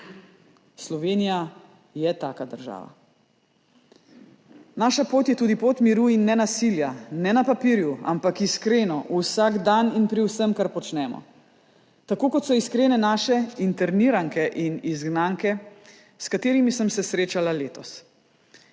Slovenija je taka država. Naša pot je tudi pot miru in nenasilja. Ne na papirju, ampak iskreno vsak dan in pri vsem, kar počnemo. Tako kot so iskrene naše interniranke in izgnanke, s katerimi sem se srečala letos.